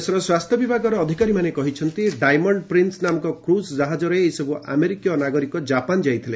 ଦେଶର ସ୍ୱାସ୍ଥ୍ୟବିଭାଗର ଅଧିକାରୀମାନେ କହିଛନ୍ତି ଡାଇମଣ୍ଡ୍ ପ୍ରିନ୍ସ ନାମକ କୁଜ୍ ଜାହାଜରେ ଏହିସବୁ ଆମେରିକୀୟ ନାଗରିକ ଜାପାନ୍ ଯାଇଥିଲେ